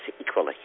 equally